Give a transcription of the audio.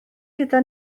gyda